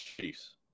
Chiefs